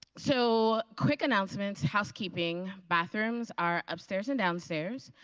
so, quick announcements, housekeeping. bathrooms are upstairs and downstairs.